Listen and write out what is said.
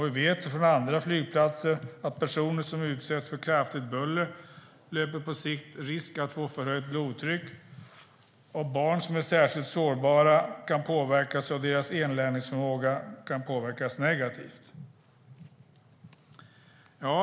Vi vet från andra flygplatser att personer som utsätts för kraftigt buller på sikt löper risk att få för högt blodtryck. Barn som är särskilt sårbara kan påverkas så att deras inlärningsförmåga påverkas negativt.